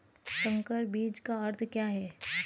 संकर बीज का अर्थ क्या है?